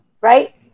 right